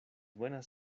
buenas